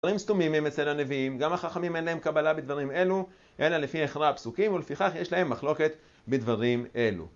דברים סתומים הם אצל הנביאים, גם החכמים אין להם קבלה בדברים אלו, אין להם לפי הכרעה פסוקים ולפיכך יש להם מחלוקת בדברים אלו